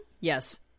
Yes